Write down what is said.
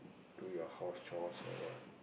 do your house chores or what